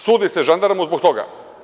Sudi se žandarmu zbog toga.